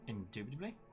Indubitably